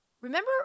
remember